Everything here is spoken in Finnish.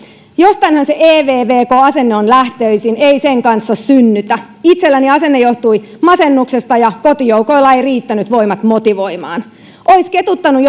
jostainhan se evvk asenne on lähtöisin ei sen kanssa synnytä itselläni asenne johtui masennuksesta ja kotijoukoilla ei riittänyt voimat motivoimaan ois ketuttanu